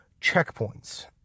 checkpoints